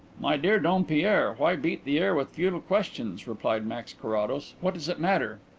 my dear dompierre, why beat the air with futile questions? replied max carrados. what does it matter?